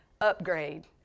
upgrade